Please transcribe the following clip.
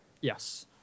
Yes